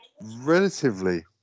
relatively